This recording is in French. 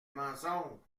mensonges